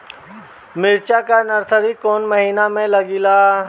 मिरचा का नर्सरी कौने महीना में लागिला?